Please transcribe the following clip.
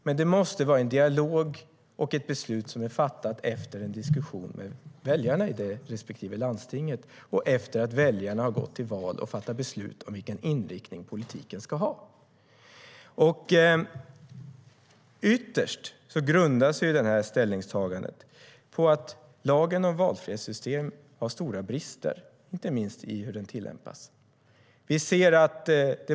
Men det måste vara fråga om ett beslut som är fattat efter en dialog med väljarna i respektive landsting, efter det att väljarna har gått till val och fattat beslut om vilken inriktning politiken ska ha. Ytterst grundar sig ställningstagandet på att lagen om valfrihetssystem har stora brister, inte minst i hur den tillämpas.